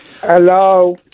Hello